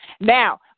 now